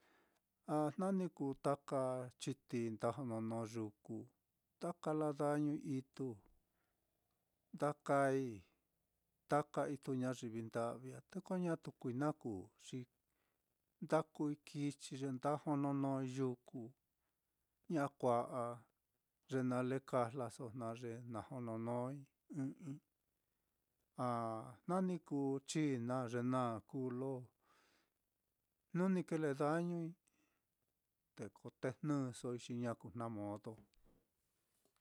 Ah jna ni kuu taka chitií nda jononó yuku, nda kala dañui ituu, nda kaai taka ituu ñayivi nda'vi á, te ko ñatu kui na kuu, xi nda kuii kichi ye nda jononói yuku, ña kua'a ye nale kajlaso jnu ye na jononói ɨ́ɨ́n ɨ́ɨ́n-i, a jna ni kuu china, ye naá kuu lo jnu ni kile dañui te ko tejnɨsoi, xi kui na modo.